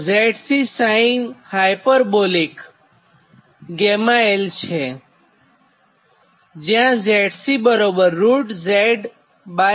B ZC sinh 𝛾l છે જ્યાં ZCZY થાય